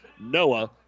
Noah